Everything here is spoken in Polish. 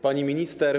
Pani Minister!